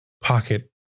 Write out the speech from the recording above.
pocket